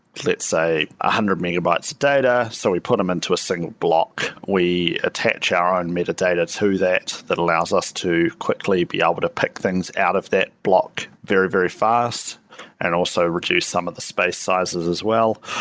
let's say, one ah hundred megabytes data. so we put them into a single block. we attach our own and metadata to that that allows us to quickly be able to pick things out of that block very, very fast and also reduce some of the space sizes as well.